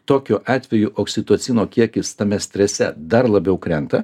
tokiu atveju oksitocino kiekis tame strese dar labiau krenta